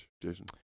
Jason